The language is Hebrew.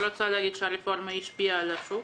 הרפורמה השפיעה על השוק,